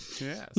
Yes